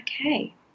okay